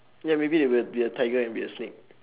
ya maybe there will be a tiger and be a snake